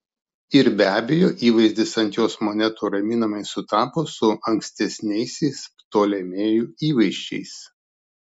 ir be abejo įvaizdis ant jos monetų raminamai sutapo su ankstesniaisiais ptolemėjų įvaizdžiais